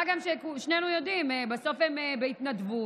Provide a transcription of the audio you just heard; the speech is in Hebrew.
מה גם, שנינו יודעים שבסוף הם בהתנדבות.